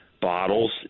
bottles